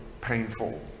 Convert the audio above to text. painful